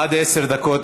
עד עשר דקות.